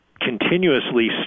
continuously